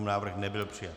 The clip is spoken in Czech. Návrh nebyl přijat.